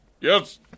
Yes